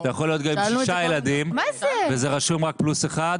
אתה יכול להיות גם עם שישה ילדים ורשום רק פלוס אחד.